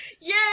Yay